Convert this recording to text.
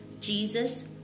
Jesus